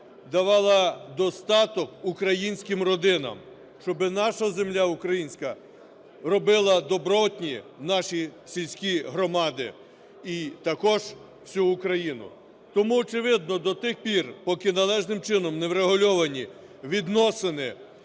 давала достаток українським родинам. Щоб наша земля українська робила добротні наші сільські громади і також всю Україну. Тому, очевидно, до тих пір, поки належним чином не врегульовані відносини